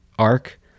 arc